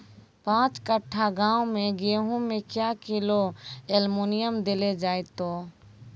पाँच कट्ठा गांव मे गेहूँ मे क्या किलो एल्मुनियम देले जाय तो?